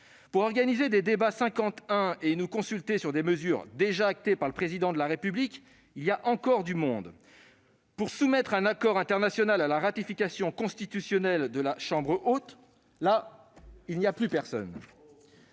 de la Constitution et nous consulter sur des mesures déjà actées par le Président de la République, il y a encore du monde ; mais, pour soumettre un accord international à la ratification, de valeur constitutionnelle, de la chambre haute, là, il n'y a plus personne